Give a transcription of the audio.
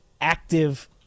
active